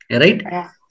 right